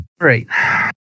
Right